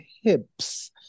hips